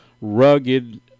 rugged